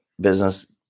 business